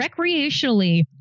recreationally